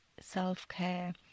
self-care